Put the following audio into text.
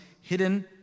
hidden